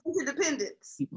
interdependence